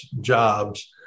jobs